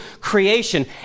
creation